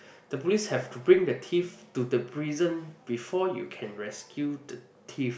the police have to bring the thief to the prison before you can rescue the thief